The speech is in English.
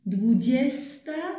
Dwudziesta